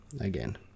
again